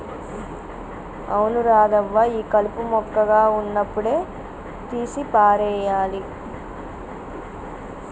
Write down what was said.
అవును రాధవ్వ ఈ కలుపు మొక్కగా ఉన్నప్పుడే తీసి పారేయాలి